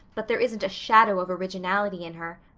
but there isn't a shadow of orginality in her.